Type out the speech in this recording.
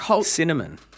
Cinnamon